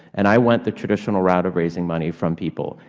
and i went the traditional route of raising money from people,